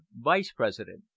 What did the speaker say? vice-president